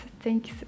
thanks